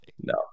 no